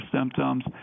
symptoms